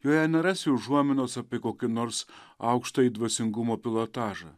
joje nerasi užuominos apie kokio nors aukštąjį dvasingumo pilotažą